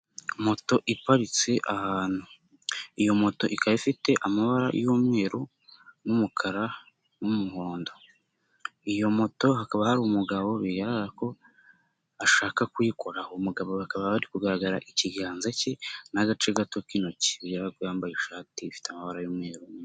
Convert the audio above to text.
Moto iparitse ahantu, iyo moto ikaba ifite amabara y'umweru n'umukara n'umuhondo iyo moto hakaba hari umugabo we bigaragara ko ashaka kuyikoraho umugabo hakaba hari kugaragara ikiganza cye n'agace gato k'intoki bigaragara ko yambaye ishati ifite amabara y'umweru.